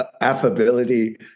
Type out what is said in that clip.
affability